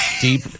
deep